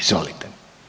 Izvolite.